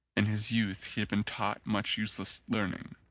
in his youth he had been taught much useless learning,